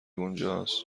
اونجاست